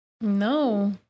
No